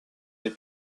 les